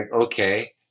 Okay